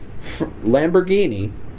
Lamborghini